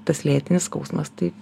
tas lėtinis skausmas taip